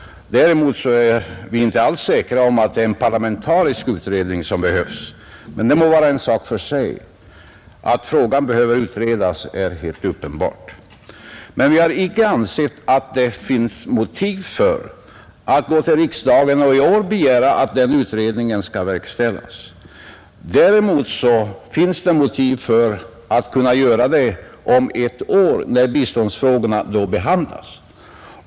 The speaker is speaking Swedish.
Däremot är vi inte alls säkra på att det är en parlamentarisk utredning som behövs. Men det må vara en sak för sig — att frågan behöver utredas är helt uppenbart. Vi har emellertid inte ansett att det finns några motiv för riksdagen att i år begära att den utredningen skall verkställas. Däremot kan det finnas motiv för att göra det om ett år när biståndsfrågorna då behandlas.